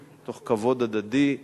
תוך כבוד הדדי,